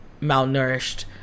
malnourished